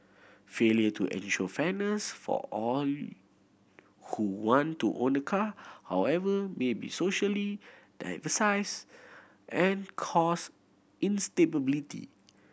failure to ensure fairness for all who want to own a car however may be socially and cause instability